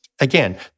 again